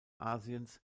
asiens